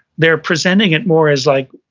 they're presenting it more as like,